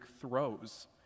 throws